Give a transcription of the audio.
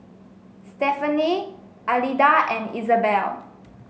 Stefani Alida and Isabel